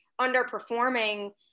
underperforming